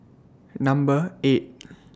Number eight